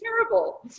terrible